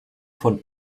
von